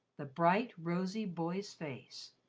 the bright, rosy boy's face.